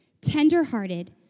tenderhearted